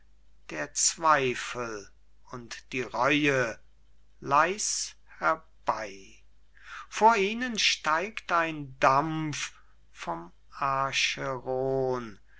der zweifel und die reue leis herbei vor ihnen steigt ein dampf vom acheron